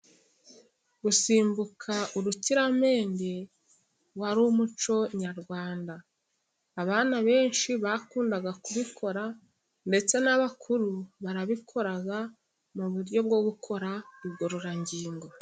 Gusimbuka urukiramende wari umuco nyarwanda, abana benshi bakundaga kubikora, ndetse n'abakuru barabikora mu buryo bwo gukora igororangingo.